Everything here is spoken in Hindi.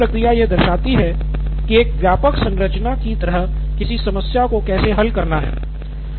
तो ये सारी प्रक्रिया यह दर्शाती है कि एक व्यापक संरचना की तरह किसी समस्या को कैसे हल करना है